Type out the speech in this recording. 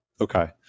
Okay